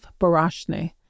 Barashne